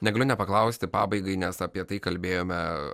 negaliu nepaklausti pabaigai nes apie tai kalbėjome